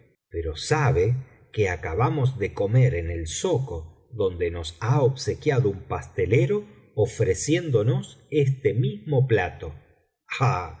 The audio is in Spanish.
pero sabe que acabamos de comer en el zoco donde nos ha obsequiado un pastelero ofreciéndonos este mismo plato ah